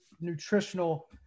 nutritional